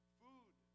food